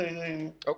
אוקיי.